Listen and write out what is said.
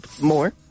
more